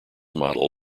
model